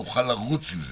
נוכל לרוץ עם זה,